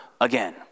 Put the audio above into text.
again